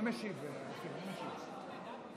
אותך ודאי שלא.